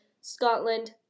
Scotland